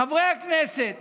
חברי הכנסת